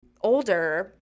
older